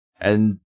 and-